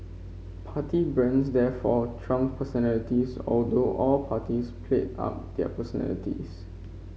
party brands therefore trumped personalities although all parties played up their personalities